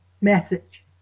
message